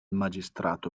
magistrato